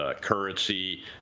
currency